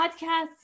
Podcasts